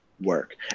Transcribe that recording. work